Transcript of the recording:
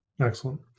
Excellent